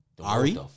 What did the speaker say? Ari